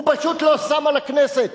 הוא פשוט לא שם על הכנסת.